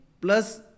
plus